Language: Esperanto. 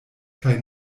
kaj